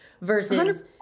versus